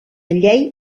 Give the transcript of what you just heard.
llei